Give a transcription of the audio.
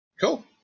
Cool